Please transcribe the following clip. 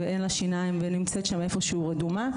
אין לה שיניים והיא נמצאת איפה שהוא שם רדומה.